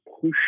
push